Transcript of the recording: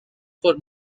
for